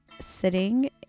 sitting